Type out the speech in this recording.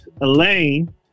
Elaine